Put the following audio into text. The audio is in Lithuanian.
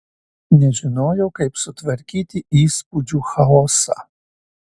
nežinojau kaip sutvarkyti įspūdžių chaosą